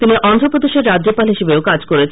তিনি অন্ধপ্রদেশের রাজ্যপাল হিসাবেও কাজ করেছেন